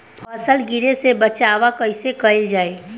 फसल गिरे से बचावा कैईसे कईल जाई?